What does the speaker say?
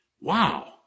Wow